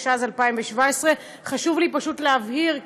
התשע"ז 2017. חשוב לי פשוט להבהיר,